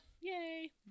Yay